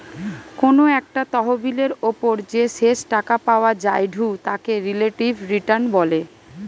কোনো একটা তহবিলের ওপর যে শেষ টাকা পাওয়া জায়ঢু তাকে রিলেটিভ রিটার্ন বলে